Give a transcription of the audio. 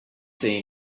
see